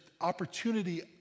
opportunity